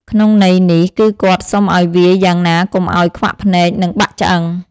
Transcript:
ក្នុងន័យនេះគឺគាត់សុំឲ្យវាយយ៉ាងណាកុំឲ្យខ្វាក់ភ្នែក និងបាក់ឆ្អឹង ។